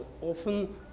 often